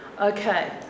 okay